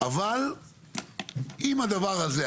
אבל אם הדבר הזה,